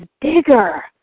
bigger